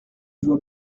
voit